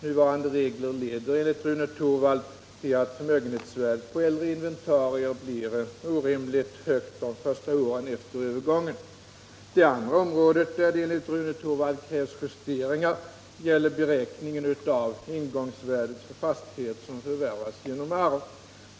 Nuvarande regler leder enligt Rune Torwald till att förmögenhetsvärdet på äldre inventarier blir orimligt högt de första åren efter övergången. Det andra området där det enligt Rune Torwald krävs justeringar gäller beräkningen av ingångsvärdet för fastighet som förvärvas genom arv.